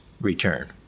return